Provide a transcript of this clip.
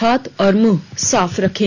हाथ और मुंह साफ रखें